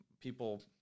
people –